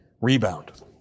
rebound